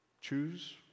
Choose